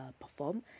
perform